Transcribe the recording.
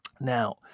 Now